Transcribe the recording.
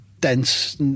dense